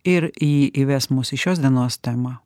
ir ji įves mus į šios dienos temą